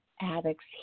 addicts